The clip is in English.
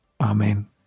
Amen